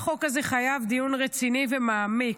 החוק הזה חייב דיון רציני ומעמיק,